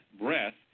breath